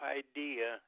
idea